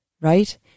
right